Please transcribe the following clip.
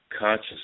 conscious